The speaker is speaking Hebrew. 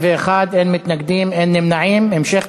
תודה.